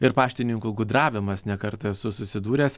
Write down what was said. ir paštininkų gudravimas ne kartą esu susidūręs